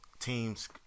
teams